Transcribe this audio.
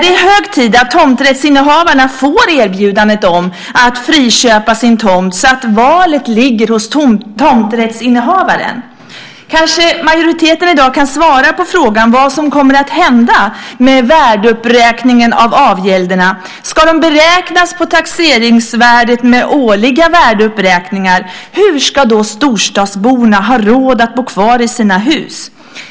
Det är hög tid att tomträttsinnehavarna får erbjudande om att friköpa sin tomt så att valet ligger hos tomträttsinnehavaren. Kanske majoriteten i dag kan svara på frågan vad som kommer att hända med värdeuppräkningen av avgälderna. Ska de beräknas på taxeringsvärdet med årliga värdeuppräkningar? Hur ska då storstadsborna ha råd att bo kvar i sina hus?